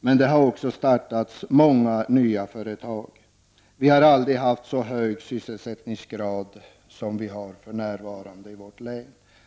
Det har också startats många nya företag. Aldrig har vi haft så hög sysselsättningsgrad som vi har för närvarande i vårt län.